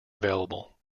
available